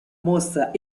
mostra